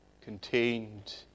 contained